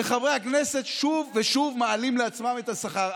וחברי הכנסת שוב ושוב מעלים לעצמם את השכר.